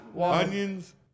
onions